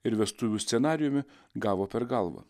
ir vestuvių scenarijumi gavo per galvą